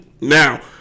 Now